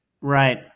Right